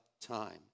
time